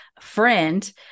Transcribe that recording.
friend